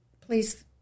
please